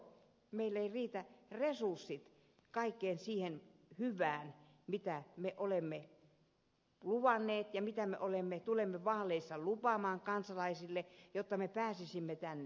meillä eivät riitä resurssit kaikkeen siihen hyvään mitä me olemme luvanneet ja mitä me tulemme vaaleissa lupaamaan kansalaisille jotta me pääsisimme tänne